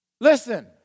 Listen